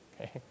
okay